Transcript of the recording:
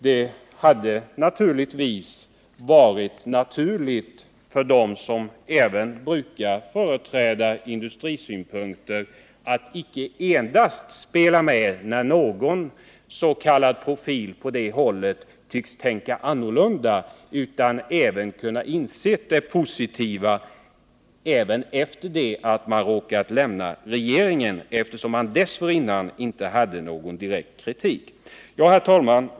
Det hade naturligtvis varit bra om de som brukar anse sig företräda industrisynpunkter partipolitiskt även efter det att de hade lämnat regeringen, eftersom de dessförinnan inte framförde någon direkt kritik, hade kunnat se det positiva i samarbetsavtalet och inte av taktiska skäl spelat med dens.k. profil som den här gången tänkte annorlunda.